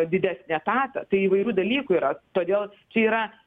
didesnį etatą tai įvairių dalykų yra todėl čia yra